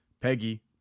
Peggy